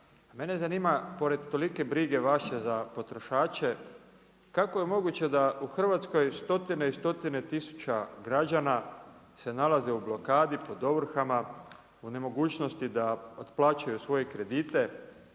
mene zanima pored tolike brige vaše za potrošače, kako je moguće da u Hrvatskoj stotine i stotine tisuća građana se nalazi u blokadi pod ovrhama, u nemogućnosti da otplaćuju svoje kredite?